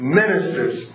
ministers